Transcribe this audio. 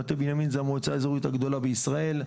מטה בנימין זו המועצה האזורית הגדולה בישראל.